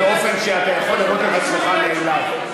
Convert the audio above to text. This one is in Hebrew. באופן שאתה יכול לראות את עצמך נעלב.